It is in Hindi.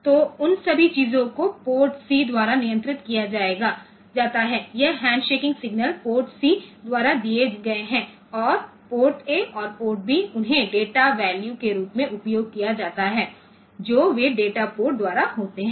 तो उन सभी चीजों को पोर्ट सी द्वारा नियंत्रित किया जाता है यह हैंडशेकिंग सिग्नल पोर्ट सी द्वारा दिए गए हैं और पोर्ट ए और पोर्ट बी उन्हें डेटा वैल्यू के रूप में उपयोग किया जाता है जो वे डेटा पोर्ट द्वारा होते हैं